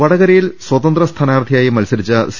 വടകരയിൽ സ്വതന്ത്ര സ്ഥാനാർഥിയായി മത്സ രിച്ച സി